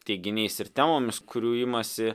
teiginiais ir temomis kurių imasi